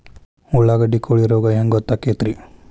ಉಳ್ಳಾಗಡ್ಡಿ ಕೋಳಿ ರೋಗ ಹ್ಯಾಂಗ್ ಗೊತ್ತಕ್ಕೆತ್ರೇ?